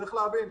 צריך להבין,